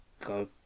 go